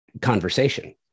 conversation